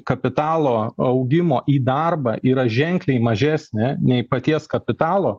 kapitalo augimo į darbą yra ženkliai mažesnė nei paties kapitalo